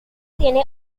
tiene